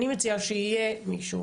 אני מציעה שיהיה מישהו,